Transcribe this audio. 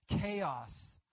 chaos